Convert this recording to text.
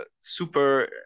super